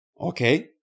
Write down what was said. Okay